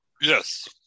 Yes